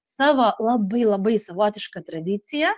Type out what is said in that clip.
savo labai labai savotišką tradiciją